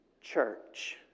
church